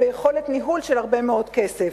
וביכולת ניהול של הרבה מאוד כסף.